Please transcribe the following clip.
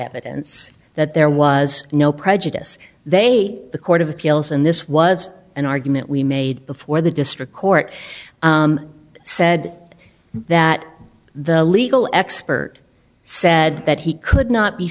evidence that there was no prejudice they the court of appeals and this was an argument we made before the district court said that the legal expert said that he could not be